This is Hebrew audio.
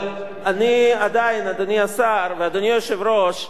אבל עדיין, אדוני השר ואדוני היושב-ראש,